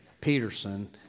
Peterson